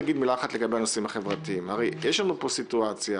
לגבי הנושאים החברתיים, יש לנו פה סיטואציה